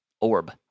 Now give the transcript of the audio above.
orb